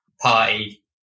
party